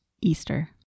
Easter